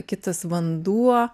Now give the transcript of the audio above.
kitas vanduo